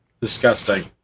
Disgusting